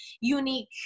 unique